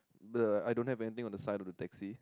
the I don't have anything on the side of the taxi